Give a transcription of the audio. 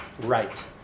right